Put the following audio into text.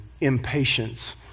impatience